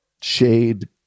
Shade